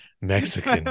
mexican